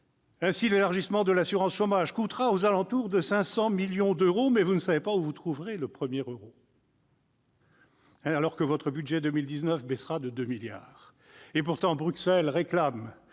Ainsi l'élargissement de l'assurance chômage coûtera-t-il aux alentours de 500 millions d'euros, mais vous ne savez pas où trouver le premier euro, alors que votre budget pour 2019 baissera de 2 milliards d'euros. Pourtant, Bruxelles réclame